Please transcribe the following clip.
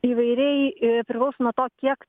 įvairiai ir priklauso nuo to kiek